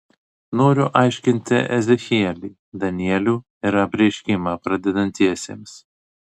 noriu aiškinti ezechielį danielių ir apreiškimą pradedantiesiems